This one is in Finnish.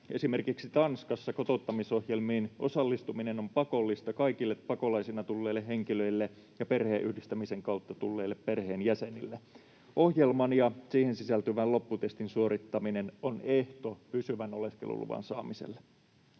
Esimerkiksi Tanskassa kotouttamisohjelmiin osallistuminen on pakollista kaikille pakolaisina tulleille henkilöille ja perheenyhdistämisen kautta tulleille perheenjäsenille. Ohjelman ja siihen sisältyvän lopputestin suorittaminen on ehto pysyvän oleskeluluvan saamiselle.